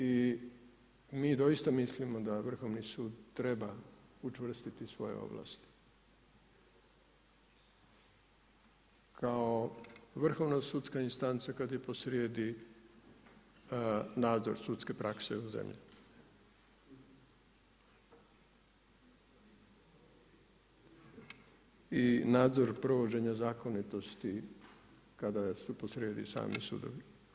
I mi doista mislimo da Vrhovni sud treba učvrstiti svoje ovlasti kao vrhovna sudska instanca kad je posrijedi nadzor sudske prakse u zemlji i nadzor provođenja zakonitosti kada su posrijedi sami sudovi.